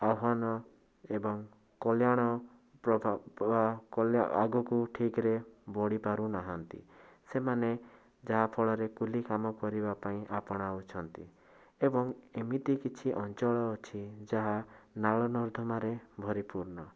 ଆହ୍ୱାନ ଏବଂ କଲ୍ୟାଣ ଆଗକୁ ଠିକରେ ବଢ଼ି ପାରୁନାହାଁନ୍ତି ସେମାନେ ଯାହାଫଳରେ କୁଲି କାମ କରିବା ପାଇଁ ଆପଣାଉଛନ୍ତି ଏବଂ ଏମିତି କିଛି ଅଞ୍ଚଳ ଅଛି ଯାହା ନାଳ ନର୍ଦ୍ଧମାରେ ଭରିପୂର୍ଣ୍ଣ